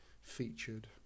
featured